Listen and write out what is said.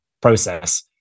process